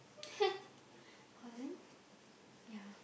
Holland yeah